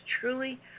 truly